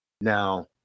Now